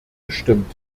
gestimmt